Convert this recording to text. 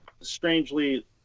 strangely